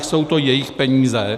Jsou to jejich peníze.